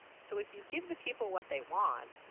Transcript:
so if you give the people what they want,